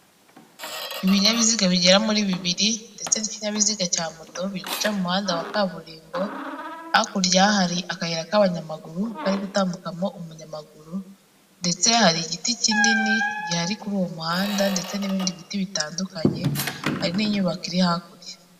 Ibinyabiziga bigera muri bibiri, ndetse n'ikinyabiziga cya moto, biri guca mu muhanda wa kaburimbo, hakurya hari akayira k'abanyamaguru kari gutambukamo umunyamaguru, ndetse hari igiti kinini gihari kuri uwo muhanda ndetse n'ibindi biti bitandukanye, hari n'inyubako iri hakurya.